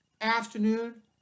afternoon